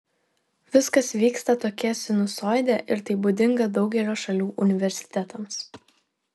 viskas vyksta tokia sinusoide ir tai būdinga daugelio šalių universitetams